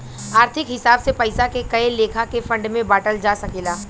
आर्थिक हिसाब से पइसा के कए लेखा के फंड में बांटल जा सकेला